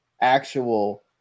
actual